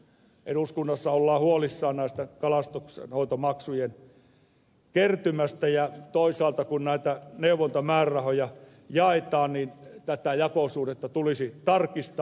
eduskunnassa ollaan huolissaan kalastuksenhoitomaksujen kertymästä ja toisaalta kun näitä neuvontamäärärahoja jaetaan tätä jakosuhdetta tulisi tarkistaa